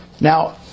Now